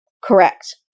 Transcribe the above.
Correct